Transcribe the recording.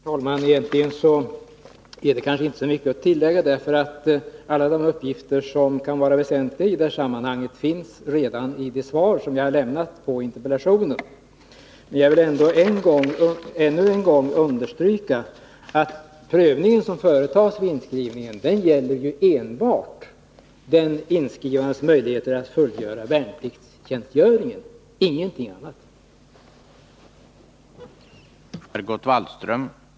Herr talman! Egentligen är det kanske inte så mycket att tillägga. Alla de uppgifter som kan vara väsentliga i detta sammanhang finns redan i mitt svar på interpellationen. Jag vill emellertid än en gång understryka att den heter att fullgöra värnpliktstjänstgöringen, och ingenting annat. Fredagen den